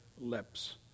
lips